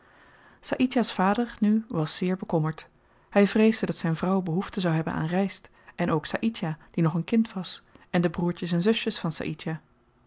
saïdjah's vader nu was zeer bekommerd hy vreesde dat zyn vrouw behoefte zou hebben aan ryst en ook saïdjah die nog een kind was en de broertjes en zusjes van